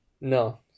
no